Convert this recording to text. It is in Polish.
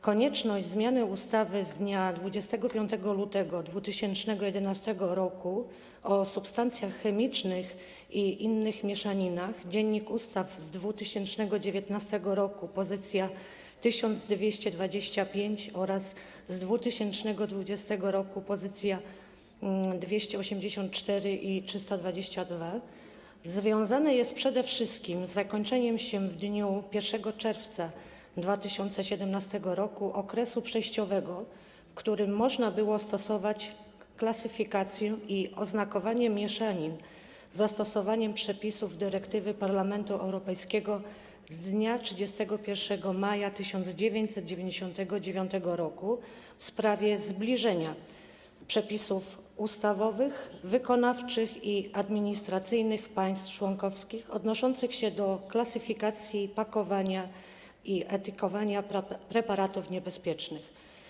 Konieczność zmiany ustawy z dnia 25 lutego 2011 r. o substancjach chemicznych i ich mieszaninach (Dz. U. z 2019 r. poz. 1225 oraz z 2020 r. poz. 284 i 322) związana jest przede wszystkim z zakończeniem się w dniu 1 czerwca 2017 r. okresu przejściowego, w którym można było stosować klasyfikację i oznakowanie mieszanin z zastosowaniem przepisów dyrektywy Parlamentu Europejskiego z dnia 31 maja 1999 r. w sprawie zbliżenia przepisów ustawowych, wykonawczych i administracyjnych państw członkowskich odnoszących się do klasyfikacji, pakowania i etykietowania preparatów niebezpiecznych.